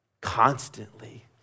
constantly